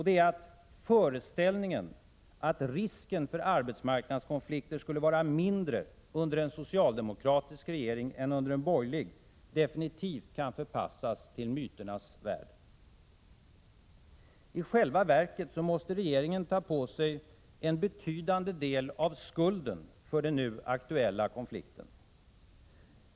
Det är att föreställningen att risken för arbetsmarknadskonflikter skulle vara mindre under en socialdemokratisk regering än under en borgerlig definitivt kan förpassas till myternas värld. I själva verket måste regeringen ta på sig en betydande del av skulden för den nu aktuella konflikten.